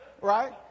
Right